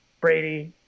Brady